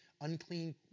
Unclean